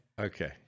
Okay